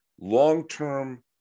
long-term